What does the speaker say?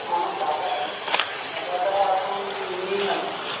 আমার টাকাটা টাকাটা এখন নেই আর কি